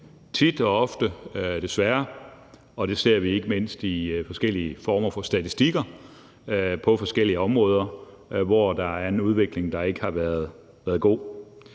tit og ofte, desværre, og det ser vi ikke mindst i forskellige former for statistikker på forskellige områder, hvor der er en udvikling, der ikke har været god.